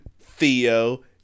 Theo